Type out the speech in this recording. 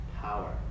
power